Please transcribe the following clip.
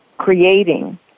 creating